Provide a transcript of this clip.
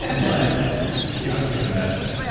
but you obviously had investors.